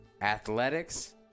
athletics